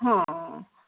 हां